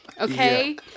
Okay